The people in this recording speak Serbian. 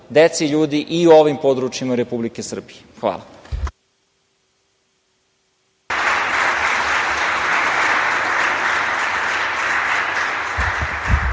dece i ljudi i u ovim područjima Republike Srbije. Hvala.